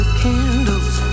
candles